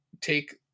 take